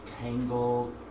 tangled